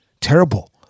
terrible